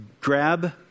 Grab